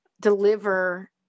deliver